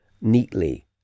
neatly